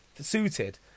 suited